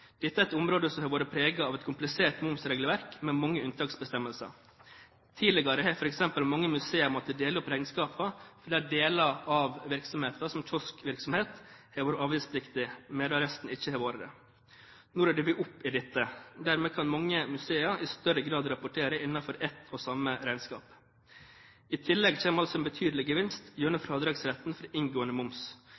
Dette er et område som har vært preget av et komplisert momsregelverk med mange unntaksbestemmelser. Tidligere har f.eks. mange museer måttet dele opp regnskapene fordi deler av virksomheten, som kioskvirksomhet, har vært avgiftspliktig, mens resten ikke har vært det. Nå rydder vi opp i dette. Dermed kan mange museer i større grad rapportere innenfor ett og samme regnskap. I tillegg kommer altså en betydelig gevinst gjennom